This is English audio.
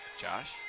Josh